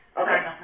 Okay